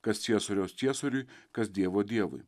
kas ciesoriaus ciesoriui kas dievo dievui